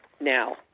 Now